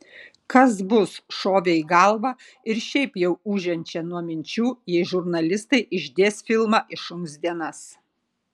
kas bus šovė į galvą ir šiaip jau ūžiančią nuo minčių jei žurnalistai išdės filmą į šuns dienas